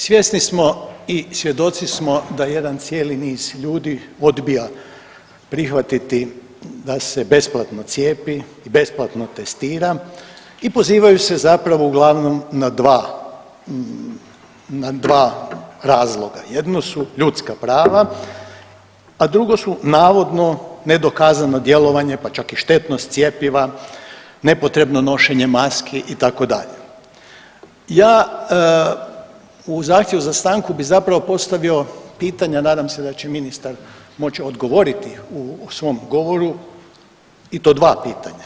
Svjesni smo i svjedoci smo da jedan cijeli niz ljudi odbija prihvatiti da se besplatno cijepi i besplatno testira i pozivaju se zapravo uglavnom na dva razloga, jedno su ljudska prava, a drugo su navodno nedokazanu djelovanje pa čak i štetnost cjepiva, nepotrebno nošenje maski itd., ja u zahtjevu za stanku bi zapravo postavio pitanje, a nadam se da će ministar moć odgovoriti u svom govoru i to dva pitanja.